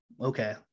Okay